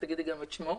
תגידי גם את שמו...